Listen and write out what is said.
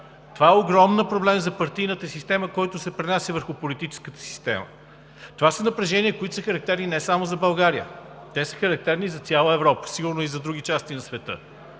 Това е огромен проблем за партийната система, който се пренася върху политическата система. Това са напрежения, които са характерни не само за България, те са характерни за цяла Европа, сигурно и за други части на света.